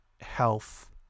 health